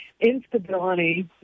instability